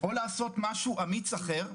או לעשות משהו אמיץ אחר,